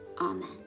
Amen